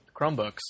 Chromebooks